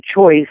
choice